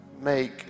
make